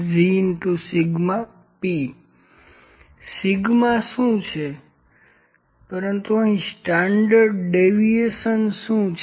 LP¯ ZP sigma શું છે પરંતુ અહીં સ્ટન્ડર્ડ ડેવિએશન શું છે